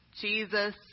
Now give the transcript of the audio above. Jesus